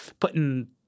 putting